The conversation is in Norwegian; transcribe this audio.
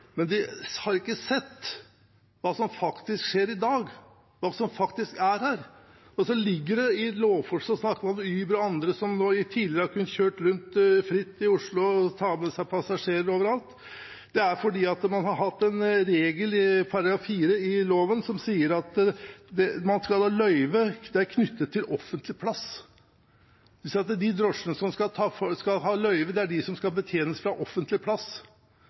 Men de har ikke sett hva som faktisk skjer i dag, hva som faktisk er her. Man snakker om Uber og andre som tidligere har kunnet kjøre rundt fritt i Oslo og ta med seg passasjerer over alt. Det er fordi man har hatt en regel i § 4 i loven som sier at løyve er knyttet til offentlig plass – de drosjene som skal ha løyve, er de som skal betjenes fra offentlig plass.